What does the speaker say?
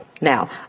Now